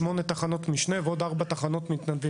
שמונה תחנות משנה ועוד ארבע תחנות מתנדבים.